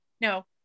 No